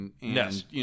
Yes